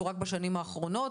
רק בשנים האחרונות.